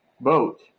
boat